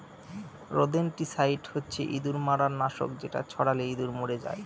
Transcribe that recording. rodenticide হচ্ছে ইঁদুর মারার নাশক যেটা ছড়ালে ইঁদুর মরে যায়